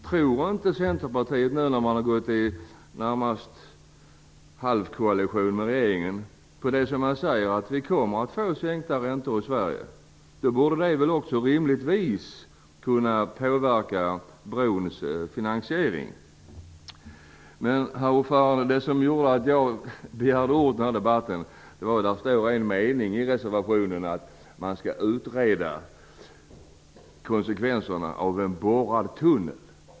Tror inte Centerpartiet, nu när man närmast har gått i halvkoalition med regeringen, på det som sägs om att vi kommer att få sänkta räntor i Sverige? Det borde rimligtvis också kunna påverka brons finansiering. Men, herr talman, det som gjorde att jag begärde ordet i denna debatt, var att det står i en mening i reservationen att man skall utreda konsekvenserna av en borrad tunnel.